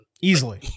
Easily